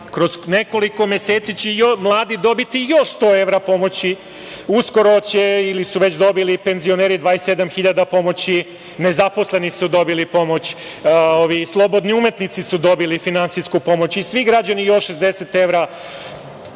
Kroz nekoliko meseci će mladi dobiti još sto evra pomoći. Uskoro će ili su već dobili penzioneri, 27. 000 pomoći, nezaposleni su dobili pomoć, slobodni umetnici su dobili finansijsku pomoć i svi građani još 60 evra,